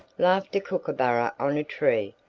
laughed a kookooburra on a tree,